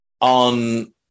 on